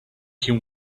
him